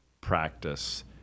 practice